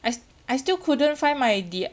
I I still couldn't find my the